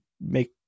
make